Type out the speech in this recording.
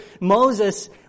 Moses